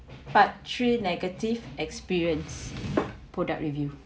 part three negative experience product review